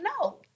No